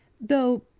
Though